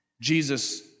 Jesus